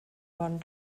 bon